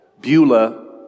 Beulah